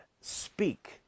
speak